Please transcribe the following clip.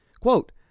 Quote